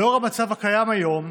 לנוכח המצב הקיים היום,